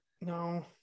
No